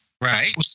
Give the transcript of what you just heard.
Right